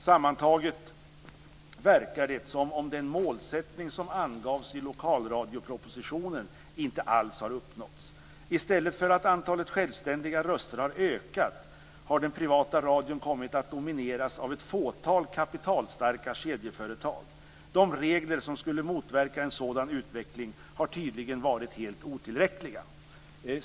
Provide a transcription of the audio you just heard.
Sammantaget verkar det som om den målsättning som angavs i lokalradiopropositionen inte alls har uppnåtts. I stället för att antalet självständiga röster har ökat har den privata radion kommit att domineras av ett fåtal kapitalstarka kedjeföretag. De regler som skulle motverka en sådan utveckling har tydligen varit helt otillräckliga."